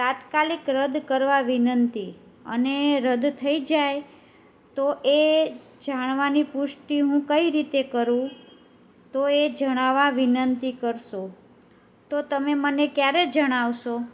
તાત્કાલિક રદ કરવા વિનંતી અને રદ થઈ જાય તો એ જાણવાની પુષ્ટિ હું કઈ રીતે કરું તો એ જણાવા વિનંતી કરશો તો તમે મને ક્યારે જણાવશો